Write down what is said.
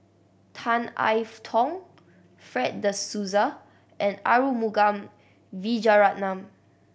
Tan I Tong Fred De Souza and Arumugam Vijiaratnam